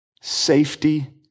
safety